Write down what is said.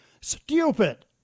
stupid